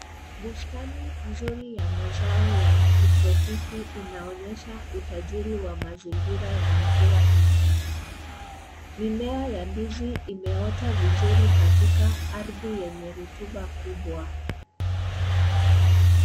Bustani nzuri ya mazao ya kitropiki inaonyesha utajiri wa mazingira ya mvua nyingi. Mimea ya ndizi, imetoa vizuri katika ardhi yenye rutuba kubwa.